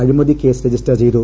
അഴിമതി case register ചെയ്തു